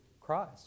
Christ